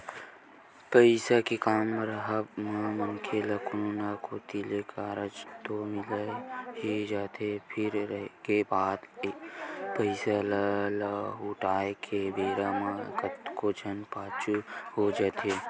पइसा के काम राहब म मनखे ल कोनो न कोती ले करजा तो मिल ही जाथे फेर रहिगे बात पइसा ल लहुटाय के बेरा म कतको झन पाछू हो जाथे